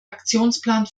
aktionsplan